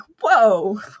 whoa